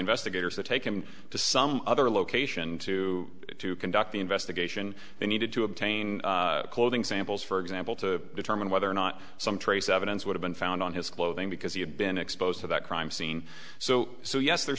investigators to take him to some other location to to conduct the investigation they needed to obtain clothing samples for example to determine whether or not some trace evidence would have been found on his clothing because he had been exposed to that crime scene so so yes there